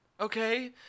Okay